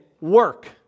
work